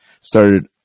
started